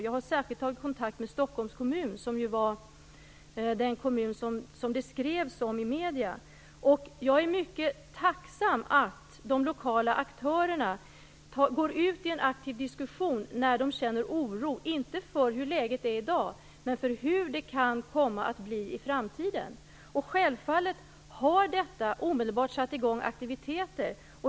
Jag har särskilt tagit kontakt med Stockholms kommun, den kommun som det skrivits om i medierna. Jag är mycket tacksam för att det lokala aktörerna går ut i en aktiv diskussion när de känner oro - inte för hur läget är i dag men för hur det kan komma att bli i framtiden. Självfallet har detta omedelbart satt i gång aktiviteter.